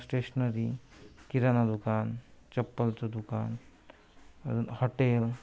stationery किराणा दुकान चप्पलचं दुकान अजून हॉटेल